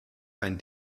kein